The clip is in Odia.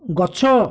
ଗଛ